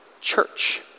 church